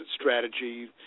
strategy